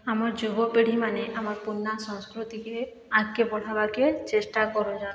ଆମର୍ ଯୁବପିଢ଼ୀମାନେ ଆମର୍ ପୁରୁନା ସଂସ୍କୃତିକେ ଆଗ୍କେ ବଢ଼ାବାକେ ଚେଷ୍ଟା କରୁଛନ୍